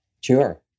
Sure